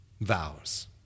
vows